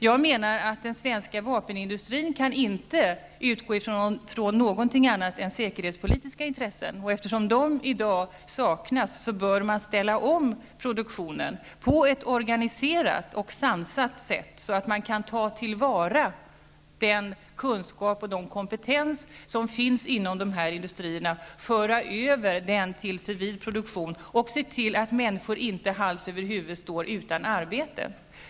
Jag menar att den svenska vapenindustrin inte kan utgå från någonting annat än säkerhetspolitiska intressen. Och eftersom dessa i dag saknas bör man ställa om produktionen på ett organiserat och sansat sätt, så att man kan ta till vara den kunskap och den kompetens som finns inom dessa industrier och föra över dem till civil produktion och se till att människor inte hals över huvud står utan arbete.